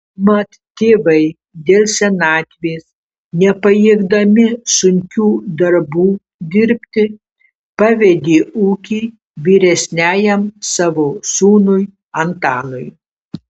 mat tėvai dėl senatvės nepajėgdami sunkių darbų dirbti pavedė ūkį vyresniajam savo sūnui antanui